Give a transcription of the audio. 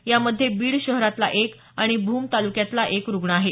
यामध्ये बीड शहरातला एक आणि भूम तालुक्यातला एक रुग्ण आहे